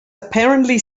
apparently